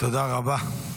תודה רבה.